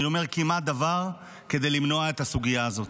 אני אומר כמעט, דבר כדי למנוע את הסוגיה הזאת.